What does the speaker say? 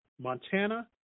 Montana